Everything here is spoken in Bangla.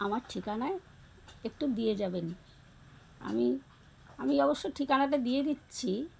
আমার ঠিকানায় একটু দিয়ে যাবেন আমি আমি অবশ্য ঠিকানাটা দিয়ে দিচ্ছি